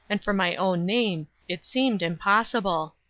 and for my own name, it seemed impossible.